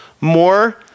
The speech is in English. more